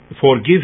forgive